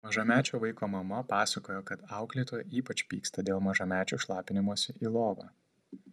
mažamečio vaiko mama pasakojo kad auklėtoja ypač pyksta dėl mažamečių šlapinimosi į lovą